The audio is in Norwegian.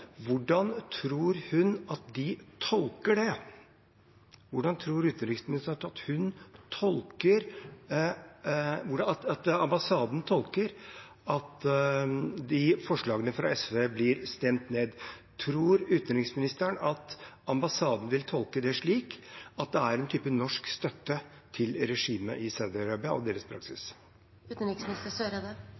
Hvordan tror hun at de tolker det? Hvordan tror utenriksministeren ambassaden tolker at forslagene fra SV blir stemt ned? Tror utenriksministeren at ambassaden vil tolke det slik at det er en type norsk støtte til regimet i Saudi-Arabia og deres